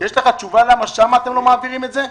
יש לך תשובה למה אתם לא מעבירים את זה?